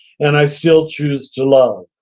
and i still choose to love.